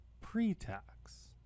pre-tax